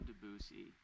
Debussy